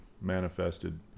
manifested